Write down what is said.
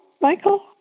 Michael